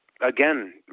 again